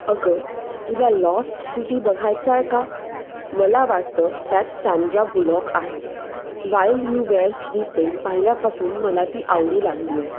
अगं तुला Lost City बघायचा आहे का मला वाटतं त्यात सॅनड्रा बुलॉक आहे वाईल यू वेअर स्लीपिंग पाहिल्यापासून मला ती आवडू लागली आहे